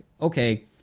okay